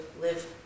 live